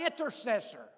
Intercessor